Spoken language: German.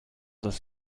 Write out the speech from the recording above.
das